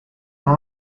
non